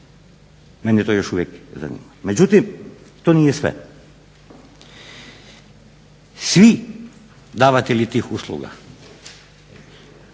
mene to još uvijek zanima. Međutim, to nije sve. Svi davatelji tih usluga